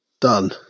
Done